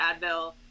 advil